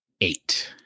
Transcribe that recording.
eight